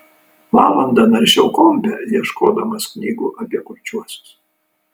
valandą naršiau kompe ieškodamas knygų apie kurčiuosius